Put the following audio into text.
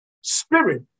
Spirit